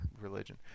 religion